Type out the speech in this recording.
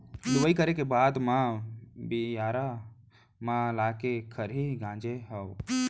लुवई करे के बाद म बियारा म लाके खरही गांजे हँव